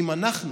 אם אנחנו